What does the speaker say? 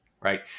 right